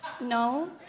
No